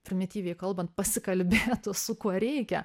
primityviai kalbant pasikalbėtų su kuo reikia